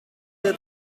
der